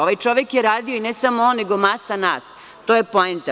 Ovaj čovek je radio, ne samo on, nego masa nas, to je poenta.